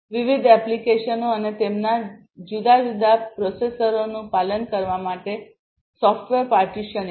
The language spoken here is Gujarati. વિવિધ એપ્લિકેશનો અને તેમાંના તેમના જુદા જુદા પ્રોસેસરોનું પાલન કરવા માટે સોફ્ટવેર પાર્ટીશનિંગ